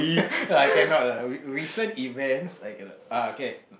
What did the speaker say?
I cannot lah re~ recent events I cannot ah okay